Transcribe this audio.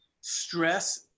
Stress